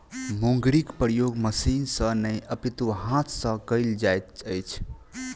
मुंगरीक प्रयोग मशीन सॅ नै अपितु हाथ सॅ कयल जाइत अछि